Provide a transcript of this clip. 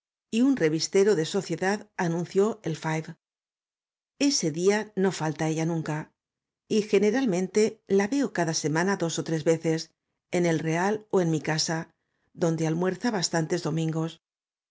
y un revistero de sociedad anunció el five ese día no falta ella nunca y generalmente la veo cada semana dos ó tres veces en el real ó en mi casa donde almuerza bastantes domingos